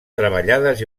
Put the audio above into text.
treballades